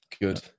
good